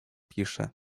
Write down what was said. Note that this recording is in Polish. pisze